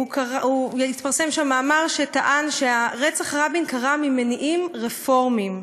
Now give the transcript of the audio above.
התפרסם שם מאמר שטען שרצח רבין קרה ממניעים רפורמיים.